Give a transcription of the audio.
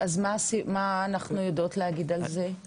אז מה אנחנו יודעות להגיד על זה?